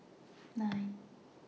nine